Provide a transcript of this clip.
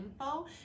info